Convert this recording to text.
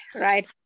right